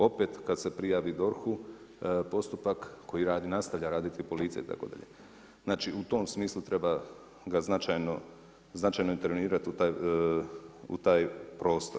Opet kad se prijavi DORH-u postupak koji radi, nastavlja raditi policija, tako da, znači u tom smislu treba ga značajno intervenirati u taj prostor.